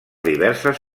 diverses